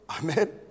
Amen